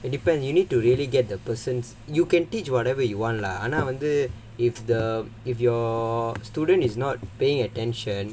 it depends you need to really get the person's you can teach whatever you want lah ஆனா வந்து:aanaa vandhu if the if you're student is not paying attention